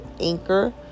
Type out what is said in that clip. anchor